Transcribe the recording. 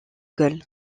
gaulle